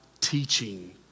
teaching